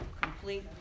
Complete